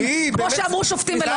כמו שאמרו שופטים.